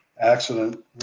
accident